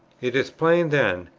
it is plain, then,